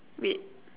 wait